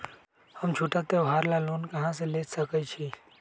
हम छोटा त्योहार ला लोन कहां से ले सकई छी?